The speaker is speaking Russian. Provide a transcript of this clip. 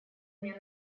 мне